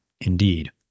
Indeed